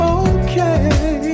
okay